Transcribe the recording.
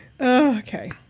Okay